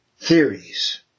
theories